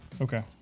Okay